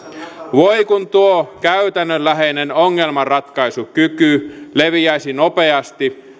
voi kun tuo käytännönläheinen ongelmanratkaisukyky leviäisi nopeasti